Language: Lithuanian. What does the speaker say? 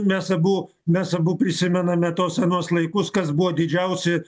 mes abu mes abu prisimename tuos anuos laikus kas buvo didžiausi